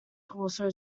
torso